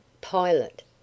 Pilot